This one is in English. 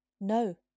No